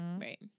Right